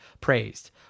praised